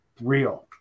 real